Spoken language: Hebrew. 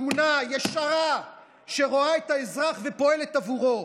הגונה, ישרה, שרואה את האזרח ופועלת עבורו,